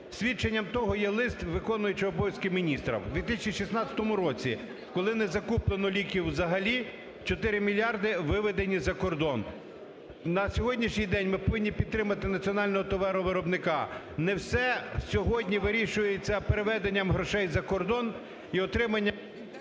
Свідченням того є лист виконуючого обов'язки міністра. У 2016 році, коли не закуплено ліків взагалі, 4 мільярди виведені за кордон. На сьогоднішній день ми повинні підтримати національного товаровиробника, не все сьогодні вирішується переведенням грошей за кордон і отриманням...